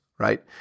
right